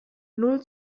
null